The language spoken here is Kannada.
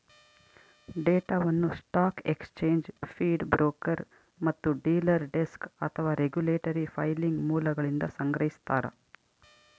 ಡೇಟಾವನ್ನು ಸ್ಟಾಕ್ ಎಕ್ಸ್ಚೇಂಜ್ ಫೀಡ್ ಬ್ರೋಕರ್ ಮತ್ತು ಡೀಲರ್ ಡೆಸ್ಕ್ ಅಥವಾ ರೆಗ್ಯುಲೇಟರಿ ಫೈಲಿಂಗ್ ಮೂಲಗಳಿಂದ ಸಂಗ್ರಹಿಸ್ತಾರ